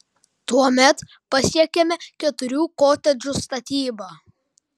tuomet pasiekiame keturių kotedžų statybą